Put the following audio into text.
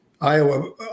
Iowa